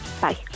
Bye